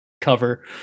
cover